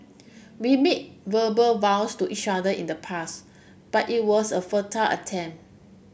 we made verbal vows to each other in the past but it was a futile